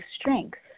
strengths